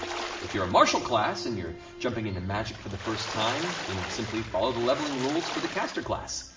if you're a martial class, and you're jumping into magic for the first time, then simply follow the leveling rules for the caster class.